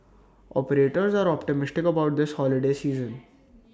operators are optimistic about this holiday season